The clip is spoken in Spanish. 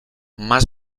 más